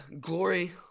Glory